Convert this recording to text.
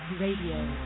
Radio